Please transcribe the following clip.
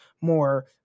more